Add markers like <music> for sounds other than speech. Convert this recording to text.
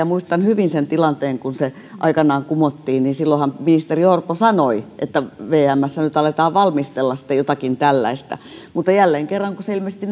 <unintelligible> muistan hyvin sen tilanteen kun se aikanaan kumottiin silloinhan ministeri orpo sanoi että vmssä nyt aletaan valmistella sitten jotakin tällaista mutta jälleen kerran kun se ilmeisesti <unintelligible>